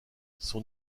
son